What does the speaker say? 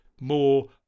more